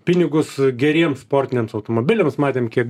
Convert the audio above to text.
pinigus geriems sportiniams automobiliams matėm kiek